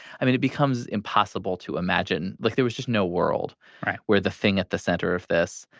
i mean, it becomes impossible to imagine. like, there was just no world where the thing at the center of this,